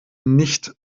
nicht